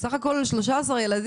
בסך הכל היה מדובר ב-13 ילדים,